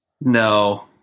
No